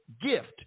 gift